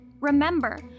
Remember